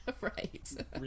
right